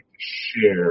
share